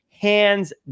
hands